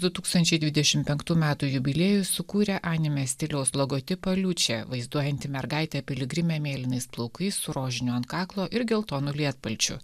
du tūkstančiai dvidešimt penktų metų jubiliejui sukūrė anime stiliaus logotipą liučia vaizduojantį mergaitę piligrimę mėlynais plaukais su rožiniu ant kaklo ir geltonu lietpalčiu